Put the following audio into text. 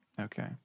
Okay